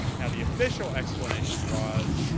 now the official explanation was,